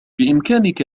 بإمكانك